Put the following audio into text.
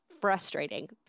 frustrating